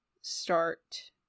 start